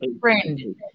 friend